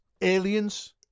Aliens